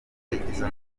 izo